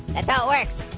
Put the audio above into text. that's how it works.